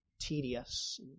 tedious